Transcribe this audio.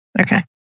Okay